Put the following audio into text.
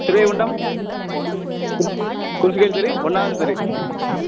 ஸ்ரீகுண்டம் கு குடிசைக்கார தெரு ஒன்றாவது தெரு